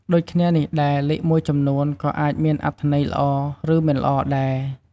ដូចគ្នានេះដែរ លេខមួយចំនួនក៏អាចមានអត្ថន័យល្អ ឬមិនល្អដែរ។